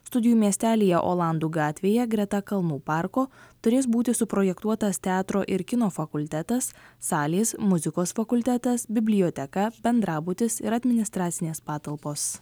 studijų miestelyje olandų gatvėje greta kalnų parko turės būti suprojektuotas teatro ir kino fakultetas salės muzikos fakultetas biblioteka bendrabutis ir administracinės patalpos